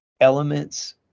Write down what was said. elements